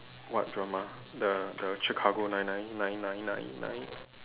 what drama the the Chicago nine nine nine nine nine nine